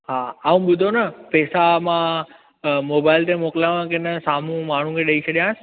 हा ऐं ॿुधो न पैसा मां मोबाइल ते मोकिलियांव किन साम्हूं माण्हूं खे ॾेई छॾियां